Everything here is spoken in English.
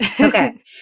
Okay